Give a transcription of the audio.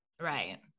Right